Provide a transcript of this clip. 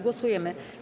Głosujemy.